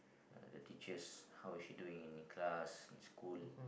uh the teachers how is she doing in class in school